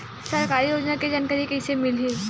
सरकारी योजना के जानकारी कइसे मिलही?